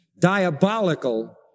diabolical